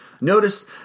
Notice